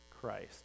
Christ